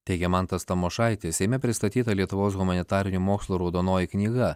teigia mantas tamošaitis seime pristatyta lietuvos humanitarinių mokslų raudonoji knyga